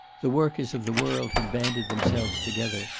the workers of the world had banded themselves together,